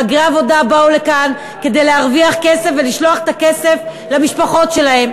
מהגרי עבודה באו לכאן כדי להרוויח כסף ולשלוח את הכסף למשפחות שלהם.